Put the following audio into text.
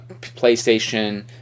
PlayStation